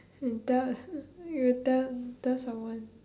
you tell you tell tell someone